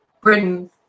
Britain